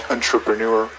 Entrepreneur